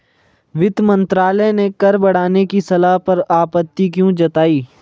वित्त मंत्रालय ने कर बढ़ाने की सलाह पर आपत्ति क्यों जताई?